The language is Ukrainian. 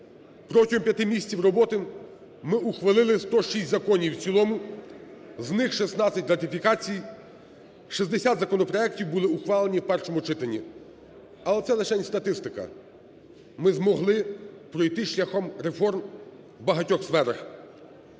протягом п'яти місяців роботи ми ухвалили 106 законів в цілому, з них 16 – ратифікації, 60 законопроектів були ухвалені в першому читанні. Але це лишень статистика. Ми змогли пройти шляхом реформ в багатьох сферах.